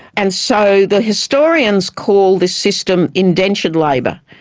and so the historians call this system indentured labour.